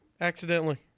accidentally